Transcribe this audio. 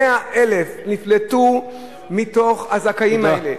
100,000 נפלטו מתוך הזכאים האלה.